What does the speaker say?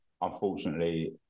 unfortunately